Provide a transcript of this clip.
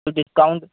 discount